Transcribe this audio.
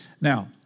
Now